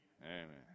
Amen